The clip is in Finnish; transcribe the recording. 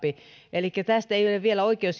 elikkä tästä ei ole vielä